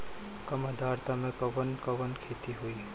कम आद्रता में कवन कवन खेती होई?